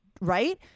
Right